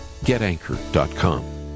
GetAnchor.com